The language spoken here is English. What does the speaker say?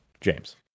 James